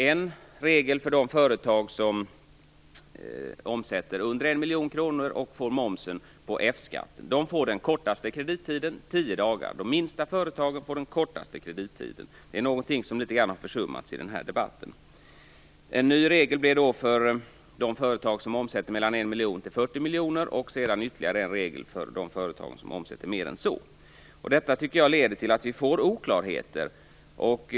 En regel för de företag som omsätter under 1 miljon kronor och får momsen på F-skatten. De får den kortaste kredittiden, tio dagar. De minsta företagen får den kortaste kredittiden. Det är någonting som litet grand har försummats i den här debatten. En ny regel kommer för de företag som omsätter mellan 1 miljon och 40 miljoner och sedan kommer ytterligare en regel för de företag som omsätter mer än så. Detta tycker jag leder till att vi får oklarheter.